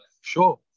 Sure